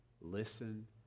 listen